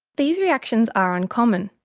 these reactions are uncommon.